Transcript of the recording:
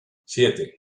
siete